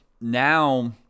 Now